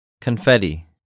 Confetti